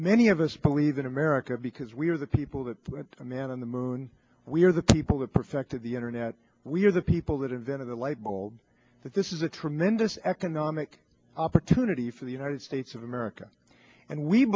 many of us believe in america because we are the people that a man on the moon we are the people that perfected the internet we are the people that invented the light bulb that this is a tremendous economic opportunity for the united states of america and we